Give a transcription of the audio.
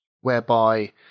whereby